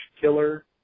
killer